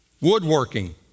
Woodworking